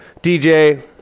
DJ